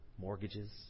mortgages